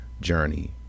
journey